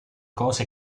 cose